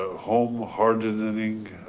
ah home hardening,